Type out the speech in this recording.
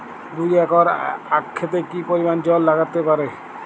দুই একর আক ক্ষেতে কি পরিমান জল লাগতে পারে?